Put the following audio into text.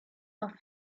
auf